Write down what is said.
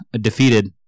defeated